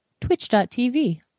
twitch.tv